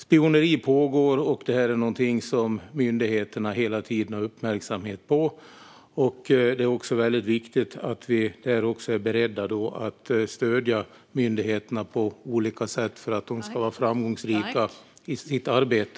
Spioneri pågår, och detta är något som myndigheterna hela tiden uppmärksammar. Därför är det viktigt att vi är beredda att stödja myndigheterna på olika sätt för att de ska vara framgångsrika i sitt arbete.